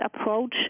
approach